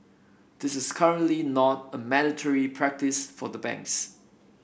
this is currently not a mandatory practice for banks